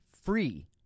free